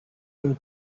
him